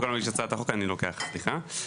אף אחד ממגיש הצעת החוק, אני לוקח, סליחה.